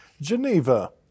Geneva